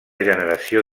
generació